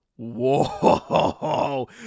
Whoa